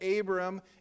Abram